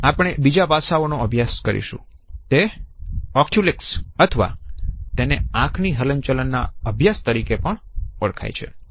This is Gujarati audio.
આપણે બીજા પાસાઓનો અભ્યાસ કરીશું તે ઓક્યુલિસિક્સ અથવા તેને આંખના હલનચલનના અભ્યાસ તરીકે પણ ઓળખાય છે